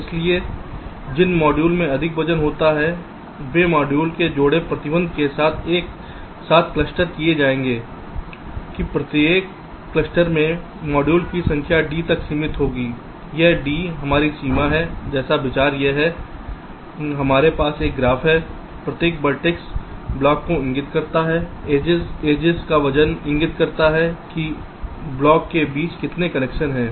इसलिए जिन मॉड्यूल में अधिक वजन होता है वे मॉड्यूल के जोड़े प्रतिबंध के साथ एक साथ क्लस्टर किए जाएंगे कि प्रत्येक क्लस्टर में मॉड्यूल की संख्या d तक सीमित होगी यह d हमारी सीमा है जैसे विचार यह है हमारे पास एक ग्राफ है प्रत्येक वर्टेक्स ब्लॉक को इंगित करता है एजिस एजिस का वजन इंगित करता है कि ब्लॉक के बीच कितने कनेक्शन हैं